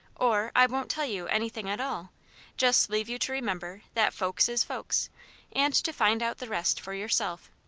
or i won't tell you anything at all just leave you to remember that folks is folks and to find out the rest for yourself.